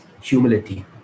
humility